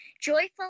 joyful